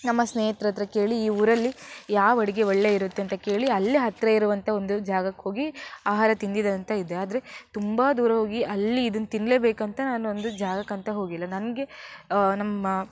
ನಮ್ಮ ಸ್ನೇಹಿತ್ರ ಹತ್ರ ಕೇಳಿ ಈ ಊರಲ್ಲಿ ಯಾವ ಅಡುಗೆ ಒಳ್ಳೆದು ಇರುತ್ತೆ ಅಂತ ಕೇಳಿ ಅಲ್ಲೇ ಹತ್ತಿರ ಇರುವಂಥ ಒಂದು ಜಾಗಕ್ಕೆ ಹೋಗಿ ಆಹಾರ ತಿಂದಿದ್ದು ಅಂತ ಇದೆ ಆದರೆ ತುಂಬ ದೂರ ಹೋಗಿ ಅಲ್ಲಿ ಇದನ್ನು ತಿನ್ನಲೇಬೇಕಂತ ನಾನು ಒಂದು ಜಾಗಕ್ಕಂತ ಹೋಗಿಲ್ಲ ನನಗೆ ನಮ್ಮ